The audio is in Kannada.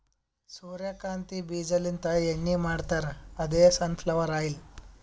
ಸೂರ್ಯಕಾಂತಿ ಬೀಜಾಲಿಂತ್ ಎಣ್ಣಿ ಮಾಡ್ತಾರ್ ಅದೇ ಸನ್ ಫ್ಲವರ್ ಆಯಿಲ್